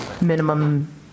minimum